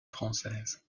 française